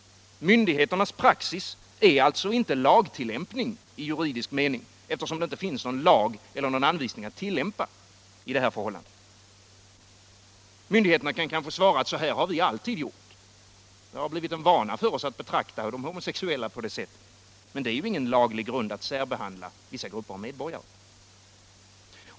Myndigheternas praxis är alltså inte lagtillämpning i juridisk mening, eftersom det inte finns någon lag eller någon anvisning att tillämpa i det här förhållandet. Myndigheterna kan kanske svara att så här har de alltid gjort. Det har blivit en vana att betrakta de homosexuella på det sättet, men det är ju ingen laglig grund att särbehandla vissa grupper av medborgare.